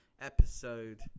episode